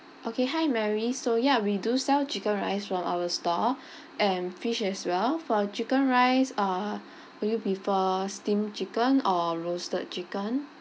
okay hi mary so ya we do sell chicken rice from our store and fish as well for chicken rice uh would you prefer steamed chicken or roasted chicken